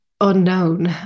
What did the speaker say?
unknown